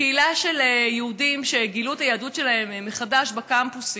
קהילה של יהודים שגילו את היהדות שלהם מחדש בקמפוסים,